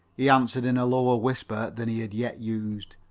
he answered in a lower whisper than he had yet used.